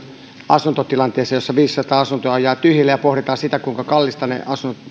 asuntotilanteeseen jossa viisisataa asuntoa jää tyhjilleen ja pohditaan sitä kuinka kallista ne